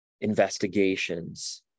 investigations